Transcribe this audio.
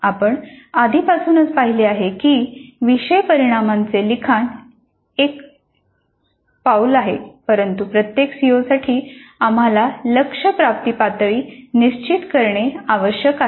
आपण आधीपासूनच पाहिले आहे की विषय परिणामांचे लिखाण एक पाऊल आहे परंतु प्रत्येक सीओसाठी आम्हाला लक्ष्य प्राप्ती पातळी निश्चित करणे आवश्यक आहे